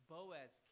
Boaz